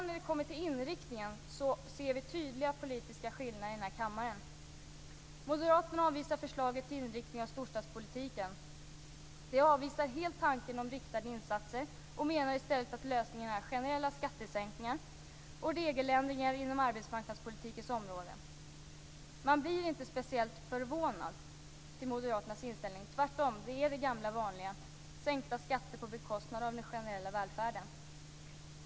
När vi kommer till inriktningen ser vi tyvärr tydliga politiska skillnader i denna kammare. Moderaterna avvisar förslaget till inriktning av storstadspolitiken. De avvisar helt tanken på riktade insatser och menar i stället att lösningen är generella skattesänkningar och regeländringar inom arbetsmarknadspolitikens område. Man blir inte speciellt förvånad över Moderaternas inställning. Tvärtom är det det gamla vanliga - sänkta skatter på bekostnad av den generella välfärden.